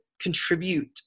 contribute